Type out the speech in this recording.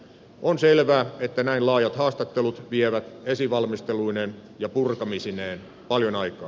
on selvää että näin laajat haastattelut vievät esivalmisteluineen ja purkamisineen paljon aikaa